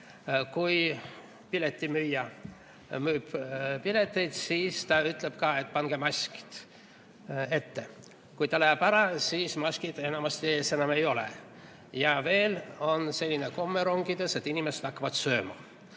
Kui piletimüüja müüb pileteid, siis ta ütleb ka, et pange maskid ette. Kui ta läheb ära, siis maskid enamasti ees enam ei ole. Ja veel on selline komme rongides, et inimesed hakkavad sööma.